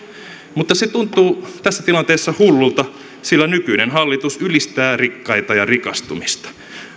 mutta se tuntuu tässä tilanteessa hullulta sillä nykyinen hallitus ylistää rikkaita ja rikastumista